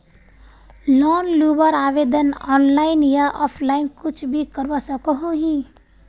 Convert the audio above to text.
Loan लुबार आवेदन online या ऑफलाइन कुछ भी करवा सकोहो ही?